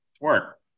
work